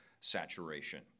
saturation